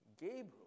Gabriel